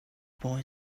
boy